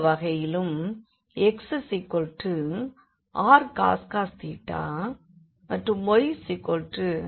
இந்த வகையிலும் x rcos மற்றும் y rsin